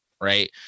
Right